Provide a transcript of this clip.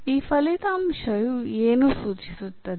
ಈ ಫಲಿತಾಂಶವು ಏನು ಸೂಚಿಸುತ್ತದೆ